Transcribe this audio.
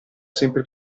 sempre